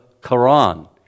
Quran